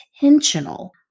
intentional